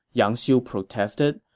yang xiu protested.